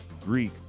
Greek